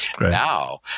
Now